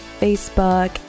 Facebook